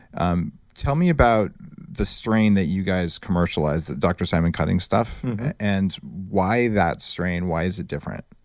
um tell me about the strain that you guys commercialize, the dr. simon cutting stuff and why that strain, why is it different?